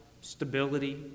stability